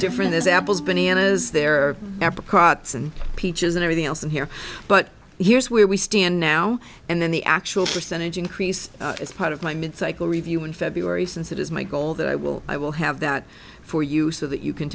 different as apples bananas there are apricots and peaches and everything else in here but here's where we stand now and then the actual percentage increase as part of my mid cycle review in february since it is my goal that i will i will have that for you so that you can